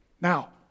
Now